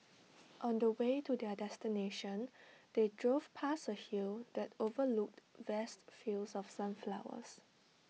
on the way to their destination they drove past A hill that overlooked vast fields of sunflowers